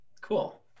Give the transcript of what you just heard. cool